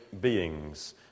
beings